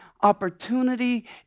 opportunity